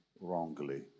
wrongly